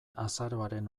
azaroaren